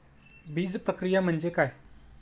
बीजप्रक्रिया म्हणजे काय?